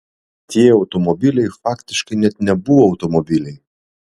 tie automobiliai faktiškai net nebuvo automobiliai